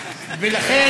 בנושא,